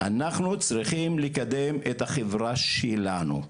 אנחנו צריכים לקדם את החברה שלנו.